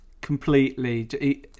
completely